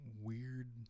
weird